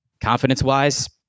Confidence-wise